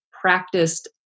practiced